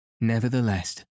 Nevertheless